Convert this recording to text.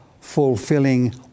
fulfilling